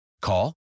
Call